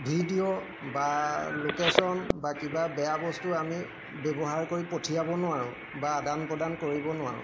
video বা location বা কিবা বেয়া বস্তু আমি ব্যৱহাৰ কৰি পঠিয়াব নোৱাৰোঁ বা আদান প্ৰদান কৰিব নোৱাৰোঁ